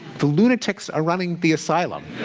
the lunatics are running the asylum.